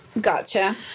Gotcha